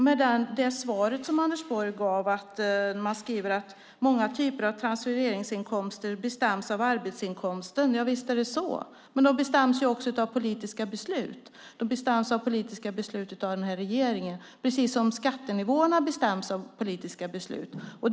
Bland annat säger han att "många typer av transfereringsinkomster bestäms av arbetsinkomsten". Ja, visst är det så, men de bestäms också av politiska beslut. De bestäms av politiska beslut fattade av regeringen, på samma sätt som skattenivåerna bestäms av politiska beslut.